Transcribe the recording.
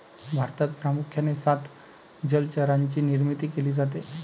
भारतात प्रामुख्याने सात जलचरांची निर्मिती केली जाते